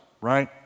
right